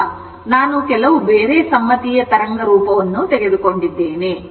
ನಾವು ಕೆಲವು ಬೇರೆ ಸಮ್ಮಿತೀಯ ತರಂಗ ರೂಪವನ್ನು ತೆಗೆದುಕೊಂಡಿದ್ದೇವೆ